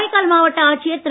காரைக்கால் மாவட்ட ஆட்சியர் திரு